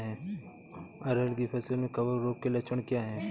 अरहर की फसल में कवक रोग के लक्षण क्या है?